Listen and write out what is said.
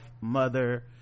mother